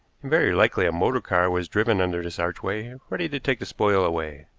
and very likely a motor car was driven under this archway ready to take the spoil away.